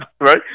right